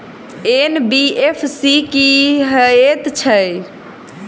NBFC की हएत छै?